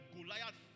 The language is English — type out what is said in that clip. Goliath